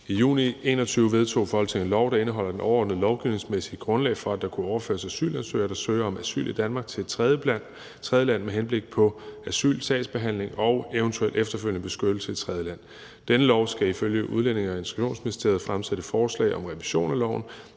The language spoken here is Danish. I juni 2021 vedtog Folketinget en lov, der indeholder det overordnede lovgivningsmæssige grundlag for, at der kunne overføres asylansøgere, der søger om asyl i Danmark, til et tredjeland med henblik på asylsagsbehandling og eventuel efterfølgende beskyttelse i et tredjeland. Ifølge denne lov skal udlændinge- og integrationsministeren fremsætte forslag om revision af loven,